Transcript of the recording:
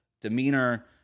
demeanor